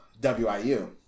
WIU